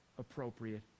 appropriate